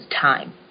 time